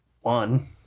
one